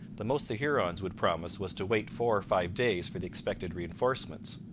the most the hurons would promise was to wait four or five days for the expected reinforcements.